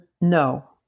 No